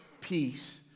peace